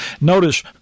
Notice